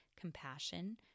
compassion